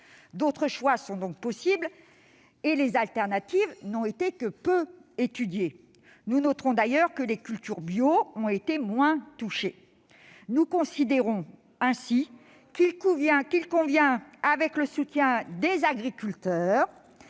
d'autres choix sont possibles et les alternatives n'ont été que peu étudiées. Nous noterons d'ailleurs que les cultures bio ont été moins touchées. C'est faux ! Nous considérons ainsi qu'il convient, avec le soutien des agriculteurs,